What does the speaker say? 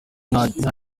nta